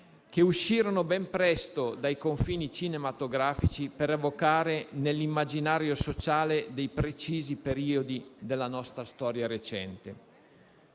che uscirono ben presto dai confini cinematografici per evocare nell'immaginario sociale precisi periodi della nostra storia recente?